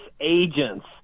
agents